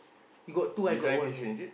you got two I got one eh